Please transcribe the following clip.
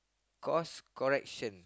cause correction